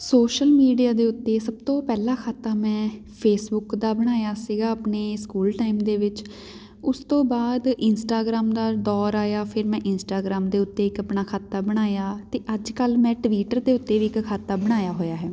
social media ਦੇ ਉੱਤੇ ਸਭ ਤੋਂ ਪਹਿਲਾਂ ਖਾਤਾ ਮੈਂ ਫੇਸਬੁੱਕ ਦਾ ਬਣਾਇਆ ਸੀਗਾ ਆਪਣੇ ਸਕੂਲ ਟਾਈਮ ਦੇ ਵਿੱਚ ਉਸ ਤੋਂ ਬਆਦ ਇੰਸਟਾਗ੍ਰਾਮ ਦਾ ਦੌਰ ਆਇਆ ਫਿਰ ਮੈਂ ਇੰਸਟਾਗ੍ਰਾਮ ਦੇ ਉੱਤੇ ਇੱਕ ਆਪਣਾ ਖਾਤਾ ਬਣਾਇਆ ਅਤੇ ਅੱਜ ਕੱਲ੍ਹ ਮੈਂ ਟਵੀਟਰ ਦੇ ਉੱਤੇ ਵੀ ਇੱਕ ਖਾਤਾ ਬਣਾਇਆ ਹੋਇਆ ਹੈ